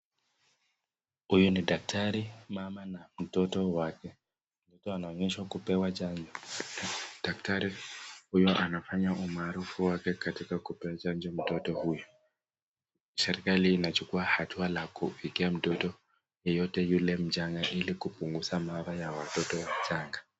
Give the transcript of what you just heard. Hawa ni daktari mama na mtoto wake mtoto anaonyeshwa kupewa chanjo , daktari huyu anafanya umarufu wake wa kupea chanjo mtoto huyu, serekali anachukua hatua ya kufikia mtoto yule mchanga kubunguza maafa ya watoto wachanga.